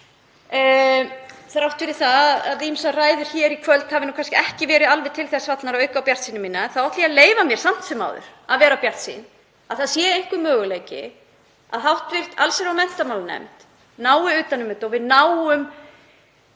Þrátt fyrir að ýmsar ræður hér í kvöld hafi kannski ekki verið alveg til þess fallnar að auka á bjartsýni mína þá ætla ég að leyfa mér samt sem áður að vera bjartsýn, að það sé einhver möguleiki að hv. allsherjar- og menntamálanefnd nái utan um þetta og við náum